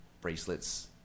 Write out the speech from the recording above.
bracelets